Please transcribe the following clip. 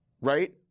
right